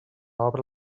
obra